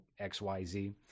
XYZ